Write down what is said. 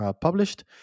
published